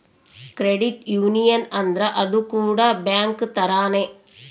credit union ಅಂದ್ರ ಅದು ಕೂಡ ಬ್ಯಾಂಕ್ ತರಾನೇ